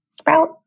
sprout